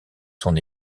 son